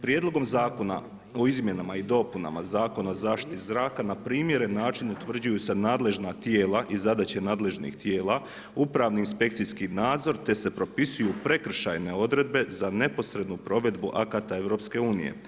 Prijedlogom zakona o izmjenama i dopunama Zakona o zaštiti zraka na primjeren način utvrđuju se nadležna tijela i zadaće nadležnih tijela, upravni inspekcijski nadzor, te se propisuju prekršajne odredbe za neposrednu provedbu akata EU.